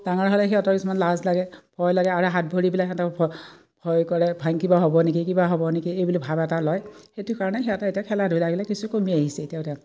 ডাঙৰ হ'লে সিহঁতৰ কিছুমান লাজ লাগে ভয় লাগে আৰু হাত ভৰিবিলাক সিহঁতক ভ ভয় কৰে ভাং কিবা হ'ব নেকি কিবা হ'ব নেকি এই বুলি ভাৱ এটা লয় সেইটো কাৰণে সিহঁতে এতিয়া খেলা ধূলাবিলাক কিছু কমি আহিছে এতিয়া এয়া